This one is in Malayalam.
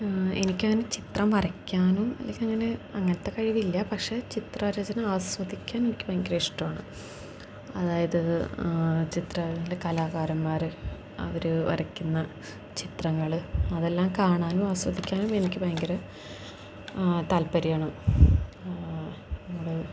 എനിക്കങ്ങനെ ചിത്രം വരയ്ക്കാനും എനിക്കങ്ങനെ അങ്ങനത്തെ കഴിവില്ല പക്ഷേ ചിത്രരചന ആസ്വദിക്കാൻ എനിക്ക് ഭയങ്കര ഇഷ്ടമാണ് അതായത് ചിത്ര കലാകാരന്മാർ അവർ വരയ്ക്കുന്ന ചിത്രങ്ങൾ അതെല്ലാം കാണാനും ആസ്വദിക്കാനും എനിക്ക് ഭയങ്കര താത്പര്യമാണ് നമ്മൾ